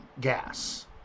gas